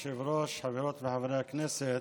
כבוד היושב-ראש, חברות וחברי הכנסת,